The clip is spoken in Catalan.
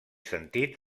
sentit